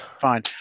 fine